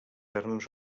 armes